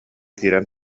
киирэн